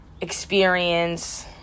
experience